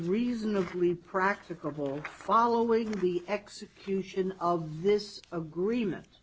reasonably practicable following the execution of this agreement